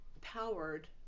powered